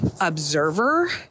observer